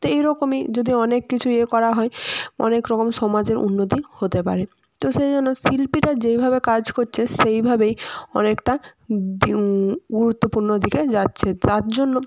তো এই রকমই যদি অনেক কিছু ইয়ে করা হয় অনেক রকম সমাজের উন্নতি হতে পারে তো সেই জন্য শিল্পীরা যেইভাবে কাজ করছে সেইভাবেই অনেকটা গুরুত্বপূর্ণ দিকে যাচ্ছে তার জন্য